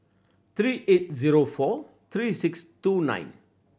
three eight zero four three six two nine